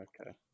Okay